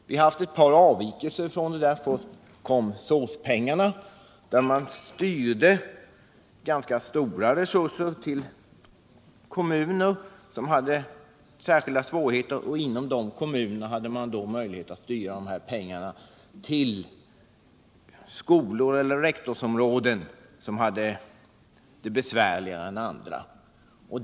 Vi har haft ett par avvikelser från dessa teser, bl.a. genom de s.k. SÅS-pengarna, med vilka man styrde ganska stora resurser till kommuner som hade särskilda svårigheter, och inom dessa kommuner hade man möjlighet att överföra pengarna till skolor eller rektorsområden som hade det besvärligare än andra.